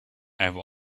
have